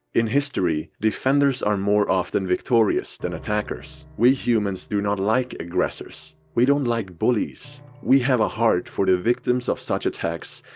in history defenders are more often victorious, than attackers. we humans do not like aggressors. we don't like bullies. we have a heart for the victims of such attacks,